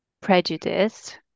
prejudice